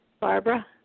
Barbara